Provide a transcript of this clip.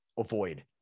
avoid